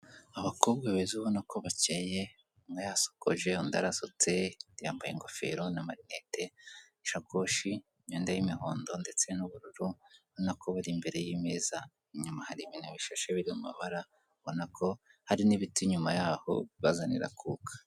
Abakobwa beza ubona ko bakeye, umwe yasokoje, undi arasutse, yambaye ingofero n'amarinete, ishakoshi, imyenda y'imihondo ndetse n'ubururu, ubona ko bari imbere y'ameza, inyuma hari ibintu bishashe biri mu mabara, ubona ko hari n'ibiti inyuma yaho bibazanira akuka.